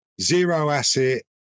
zero-asset